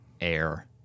Air